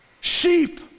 sheep